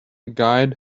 guide